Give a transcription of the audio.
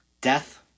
Death